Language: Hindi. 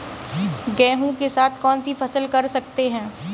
गेहूँ के साथ कौनसी फसल कर सकते हैं?